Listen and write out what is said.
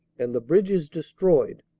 and the bridges destroyed.